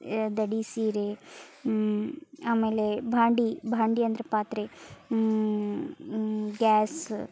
ದಡಿ ಸೀರೆ ಆಮೇಲೆ ಭಾಂಡೆ ಭಾಂಡೆ ಅಂದ್ರೆ ಪಾತ್ರೆ ಗ್ಯಾಸು